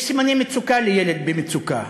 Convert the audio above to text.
יש סימני מצוקה לילד במצוקה,